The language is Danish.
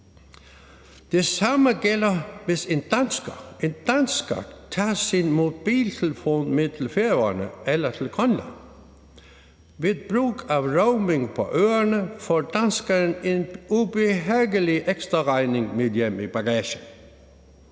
Det samme gælder, hvis en dansker – en dansker – tager sin mobiltelefon med til Færøerne eller til Grønland. Ved brug af roaming på øerne får danskeren en ubehagelig ekstraregning med hjem i bagagen,